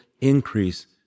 increase